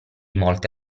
molte